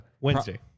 Wednesday